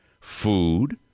food